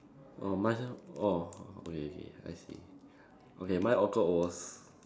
oh mine ah oh okay okay I see okay mine awkward was